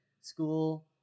school